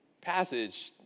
passage